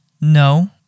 No